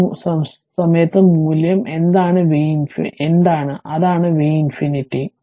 ആ സമയത്ത് മൂല്യം എന്താണ് അതാണ് V ∞